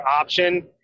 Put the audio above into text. option